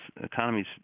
economies